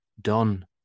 done